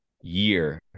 year